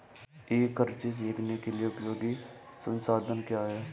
ई कृषि सीखने के लिए उपयोगी संसाधन क्या हैं?